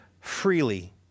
freely